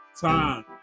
time